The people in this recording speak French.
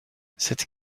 cette